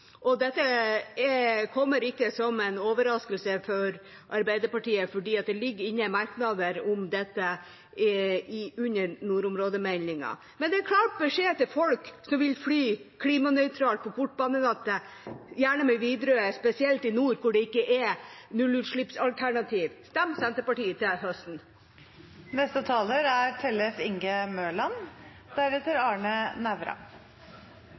er et columbi egg. Dette kommer ikke som en overraskelse for Arbeiderpartiet, for det ligger inne merknader om dette under nordområdemeldinga. En klar beskjed til folk som vil fly klimanøytralt på kortbanenettet, gjerne med Widerøe, og spesielt i nord, der det ikke er nullutslippsalternativer: Stem Senterpartiet til høsten! Samferdsel er mer enn lukten av ny asfalt. Samferdsel er